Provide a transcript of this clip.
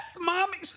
mommy